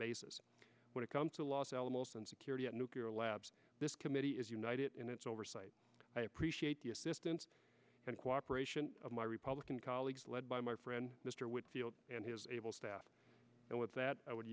basis when it comes to los alamos and security at nuclear labs this committee is united in its oversight i appreciate the assistance and cooperation of my republican colleagues led by my friend mr wickfield and his able staff and with that i would